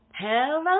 Hello